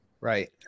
Right